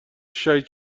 شهید